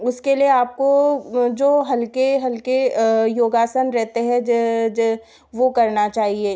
उसके लिए आपको जो हल्के हल्के योगासन रहते हैं वह करना चाहिए